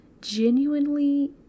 genuinely